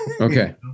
okay